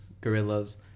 Gorillas